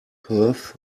perth